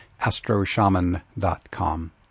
astroshaman.com